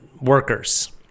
workers